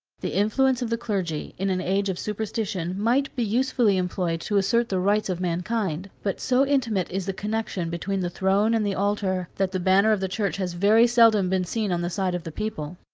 the influence of the clergy, in an age of superstition, might be usefully employed to assert the rights of mankind but so intimate is the connection between the throne and the altar, that the banner of the church has very seldom been seen on the side of the people.